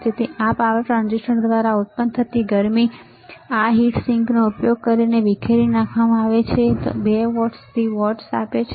તેથી આ power transistor દ્વારા ઉત્પન્ન થતી ગરમી આ હીટ સિંકનો ઉપયોગ કરીને વિખેરી નાખવામાં આવે છે આ 2 વોટ્સથી વોટ્સ માટે છે